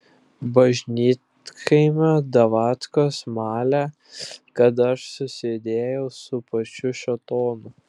bažnytkaimio davatkos malė kad aš susidėjau su pačiu šėtonu